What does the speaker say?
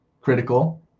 critical